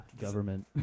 government